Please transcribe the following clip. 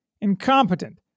incompetent